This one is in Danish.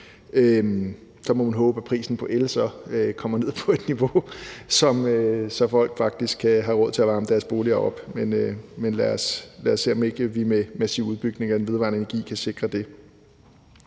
Så må man håbe, at prisen på el kommer ned på et niveau, så folk faktisk kan have råd til at varme deres bolig op. Men lad os se, om vi ikke med massiv udbygning af den vedvarende energi kan sikre det.